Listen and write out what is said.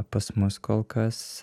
pas mus kol kas